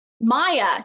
Maya